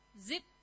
Zip